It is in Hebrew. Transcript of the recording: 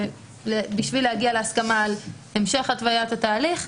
שיח ביניהם כדי להגיע להסכמה על המשך התוויית התהליך.